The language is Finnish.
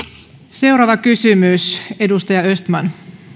seuraava kysymys edustaja östman